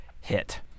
hit